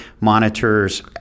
monitors